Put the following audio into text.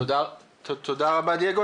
תודה רבה דייגו.